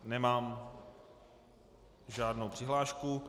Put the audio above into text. Nemám žádnou přihlášku.